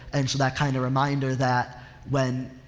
and, so that kind of reminder that when,